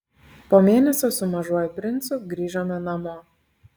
po mėnesio su mažuoju princu grįžome namo